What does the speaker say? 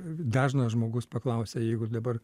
dažnas žmogus paklausia jeigu dabar